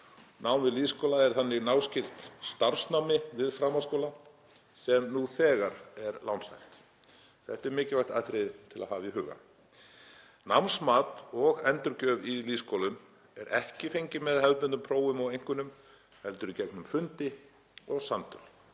Nám við lýðskóla er þannig náskylt starfsnámi við framhaldsskóla sem nú þegar er lánshæft. Þetta er mikilvægt atriði til að hafa í huga. Námsmat og endurgjöf í lýðskólum er ekki fengin með hefðbundnum prófum og einkunnum heldur í gegnum fundi og samtöl.